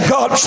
God